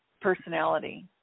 personality